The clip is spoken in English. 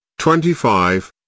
25